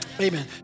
Amen